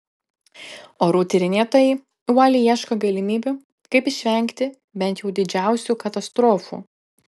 orų tyrinėtojai uoliai ieško galimybių kaip išvengti bent jau didžiausių katastrofų